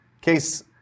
case